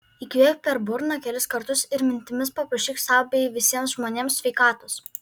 įkvėpk per burną kelis kartus ir mintimis paprašyk sau bei visiems žmonėms sveikatos